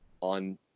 on